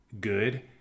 good